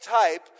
type